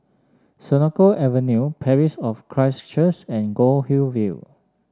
Senoko Avenue Parish of Christ Church and Goldhill View